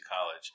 college